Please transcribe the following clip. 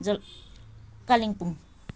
जल कालिम्पोङ